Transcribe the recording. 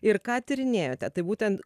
ir ką tyrinėjote tai būtent